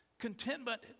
Contentment